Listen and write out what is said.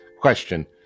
Question